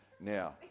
Now